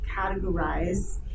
categorize